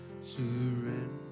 surrender